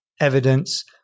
evidence